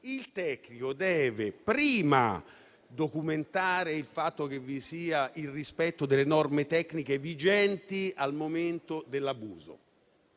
il tecnico deve prima documentare il fatto che vi sia il rispetto delle norme tecniche vigenti al momento dell'abuso,